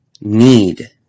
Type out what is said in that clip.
need